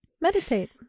Meditate